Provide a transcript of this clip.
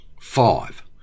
Five